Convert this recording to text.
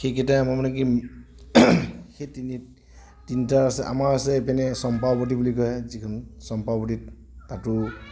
সেইকেইটাই আমাৰ মানে কি সেই তিনি তিনিটা আছে আমাৰ আছে ইপিনে চম্পাৱতী বুলি কয় যিখন চম্পাৱতীত তাতো